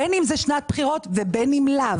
בין אם זאת שנת בחירות ובין אם לאו,